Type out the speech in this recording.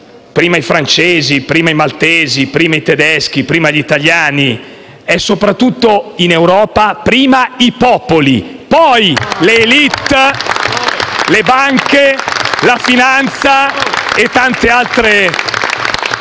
"prima i francesi", "prima i maltesi", "prima i tedeschi" o "prima gli italiani". È soprattutto, in Europa, "prima i popoli", poi le *élite*, le banche, la finanza e tante altre